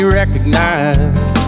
recognized